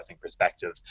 perspective